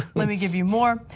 let me give you more.